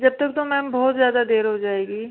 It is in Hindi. जब तक तो मैम बहुत ज़्यादा देर हो जाएगी